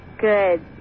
Good